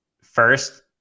first